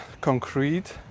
concrete